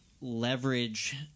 leverage